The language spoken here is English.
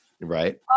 Right